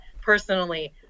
personally